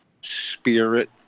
spirit